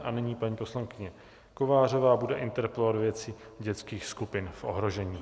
A nyní paní poslankyně Kovářová bude interpelovat ve věci dětských skupin v ohrožení.